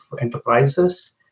enterprises